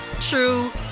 true